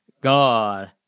god